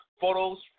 photos